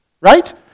Right